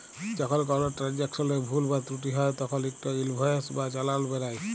যখল কল ট্রালযাকশলে ভুল বা ত্রুটি হ্যয় তখল ইকট ইলভয়েস বা চালাল বেরাই